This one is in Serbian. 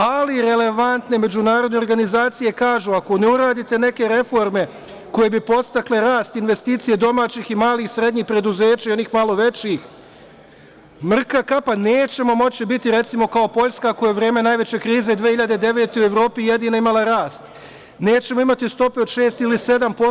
Ali, relevantne međunarodne organizacije kažu – ako ne uradite neke reforme koje bi podstakle rast investicija domaćih i malih i srednjih preduzeća i onih malo većih, mrka kapa, nećemo moći biti, recimo, kao Poljska koja je u vreme najveće krize 2009. godine u Evropi jedina imala rast, nećemo imati stope od 6% ili 7%